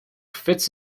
fits